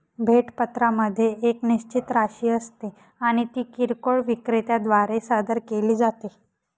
भेट पत्रामध्ये एक निश्चित राशी असते आणि ती किरकोळ विक्रेत्या द्वारे सादर केली जाते